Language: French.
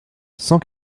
cent